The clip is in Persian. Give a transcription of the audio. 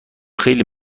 خیلی